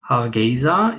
hargeysa